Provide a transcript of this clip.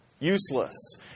useless